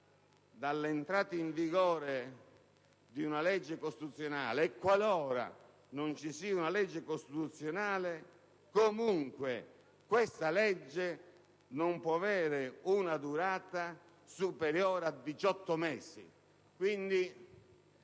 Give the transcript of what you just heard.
dall'entrata in vigore di una legge costituzionale e qualora non vi sia una legge costituzionale, comunque essa non può avere una durata superiore a 18 mesi.